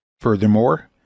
Furthermore